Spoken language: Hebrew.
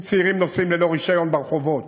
אם צעירים נוסעים ללא רישיון ברחובות,